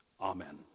Amen